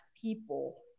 people